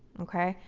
ok,